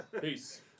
Peace